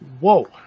Whoa